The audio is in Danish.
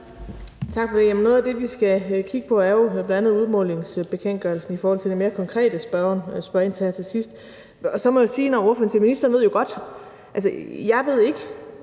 Tak for det. Noget af det, vi skal kigge på, er jo bl.a. udmålingsbekendtgørelsen i forhold til det mere konkrete, spørgeren spørger ind til her til sidst. Når ordføreren siger: Ministeren ved jo godt ..., må jeg sige,